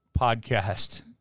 podcast